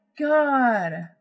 god